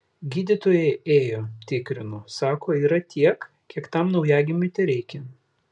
gydytojai ėjo tikrino sako yra tiek kiek tam naujagimiui tereikia